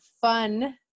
fun